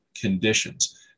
conditions